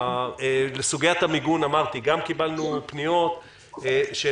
לסוגיית המיגון אמרתי גם קיבלנו פניות של